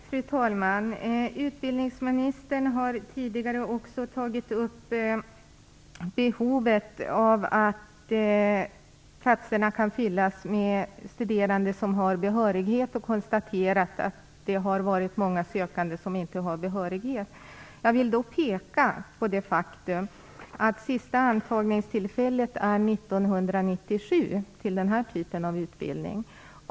Fru talman! Utbildningsministern har tidigare också tagit upp behovet av att fylla platserna med studerande som har behörighet och konstaterat att många sökande inte haft behörighet. Jag vill peka på det faktum att sista antagningstillfället är 1997 till denna typ av utbildning.